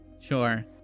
Sure